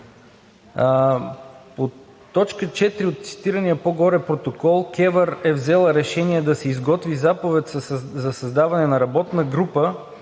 По т. 4 от цитирания по-горе протокол КЕВР е взела решение да се изготви заповед за създаване на работна група,